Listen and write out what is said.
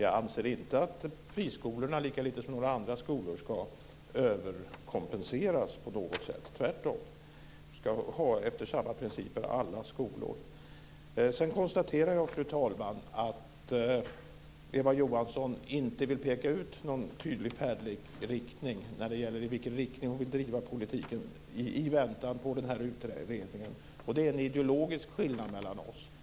Jag anser inte att friskolorna, lika lite som några andra skolor, ska överkompenseras på något sätt, tvärtom. Alla skolor ska ha enligt samma principer. Sedan, fru talman, konstaterar jag att Eva Johansson inte vill peka ut någon tydlig färdriktning när det gäller hur hon vill driva politiken i väntan på den här utredningen. Det är en ideologisk skillnad mellan oss.